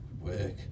Work